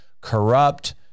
corrupt